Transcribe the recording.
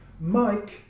Mike